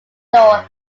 florida